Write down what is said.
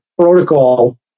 protocol